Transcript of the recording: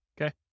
Okay